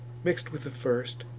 mix'd with the first,